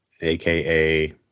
aka